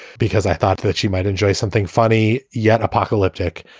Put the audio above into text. because i thought that she might enjoy something funny yet apocalyptic.